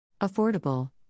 Affordable